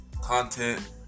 content